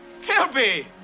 Philby